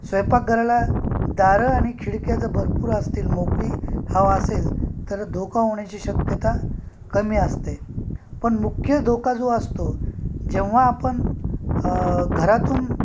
स्वयंपाकघराला दारं आणि खिडक्या जर भरपूर असतील मोकळी हवा असेल तर धोका होण्याची शक्यता कमी असते पण मुख्य धोका जो असतो जेव्हा आपण घरातून